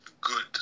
good